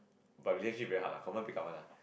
but relationship very hard lah confirm break up one ah